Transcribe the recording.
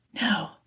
No